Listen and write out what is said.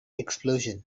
explosion